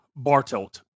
Bartelt